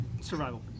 Survival